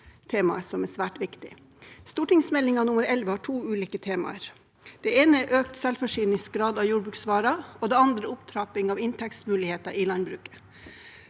temaet, som er svært viktig. Meld. St. 11 for 2023–2024 har to ulike temaer. Det ene er økt selvforsyningsgrad av jordbruksvarer, og det andre er opptrapping av inntektsmuligheter i landbruket.